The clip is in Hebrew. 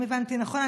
אם הבנתי נכון,